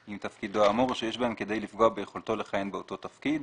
עם תפקידו האמור או שיש בהם כדי לפגוע ביכולתו לכהן באותו תפקיד.